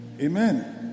Amen